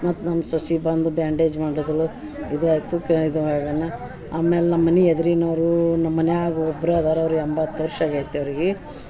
ಮತ್ತೆ ನಮ್ಮ ಸೊಸೆ ಬಂದು ಬ್ಯಾಂಡೇಜ್ ಮಾಡದ್ಲು ಇದು ಆಯಿತು ಕ ಇದು ಆಗನ ಆಮೇಲೆ ನಮ್ಮನೆ ಎದ್ರಿನವರು ನಮ್ಮ ಮನ್ಯಾಗ ಒಬ್ಬರೆ ಅದರ ಅವ್ರ ಎಂಬತ್ತು ವರ್ಷ ಆಗೈತೆ ಅವರಿಗೆ